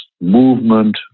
movement